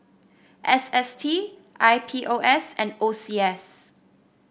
S S T I P O S and O C S